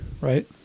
Right